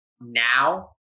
now